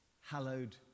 hallowed